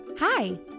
Hi